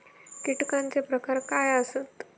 कीटकांचे प्रकार काय आसत?